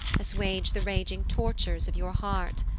assuage the raging tortures of your heart,